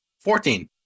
Fourteen